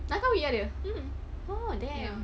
langkawi ada oh damn